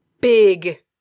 Big